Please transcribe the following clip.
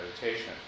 meditation